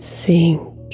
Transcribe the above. sink